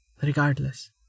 Regardless